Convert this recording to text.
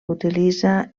utilitza